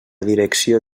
direcció